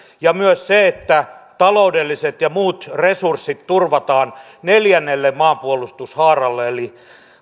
ja myös sen että taloudelliset ja muut resurssit turvataan neljännelle maanpuolustushaaralle eli